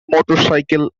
motorcycle